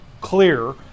clear